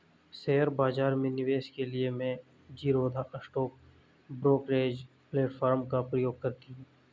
share बाजार में निवेश के लिए मैं ज़ीरोधा स्टॉक ब्रोकरेज प्लेटफार्म का प्रयोग करती हूँ